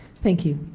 thank you.